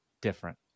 different